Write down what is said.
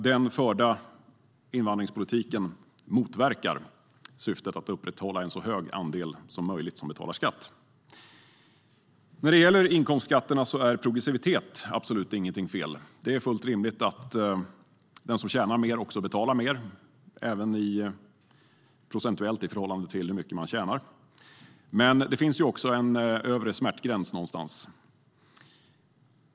Den förda invandringspolitiken motverkar syftet att upprätthålla en så hög andel som möjligt som betalar skatt. När det gäller inkomstskatterna är progressivitet absolut inte fel. Det är fullt rimligt att den som tjänar mer också betalar mer, även procentuellt i förhållande till hur mycket man tjänar. Men det finns en övre smärtgräns någonstans.